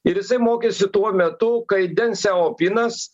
ir jisai mokėsi tuo metu kai denseopinas